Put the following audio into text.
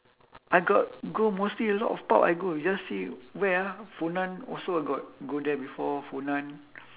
I got go mostly a lot of pub I go you just see where ah funan also I got go there before funan